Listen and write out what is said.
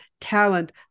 talent